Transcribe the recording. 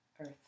earth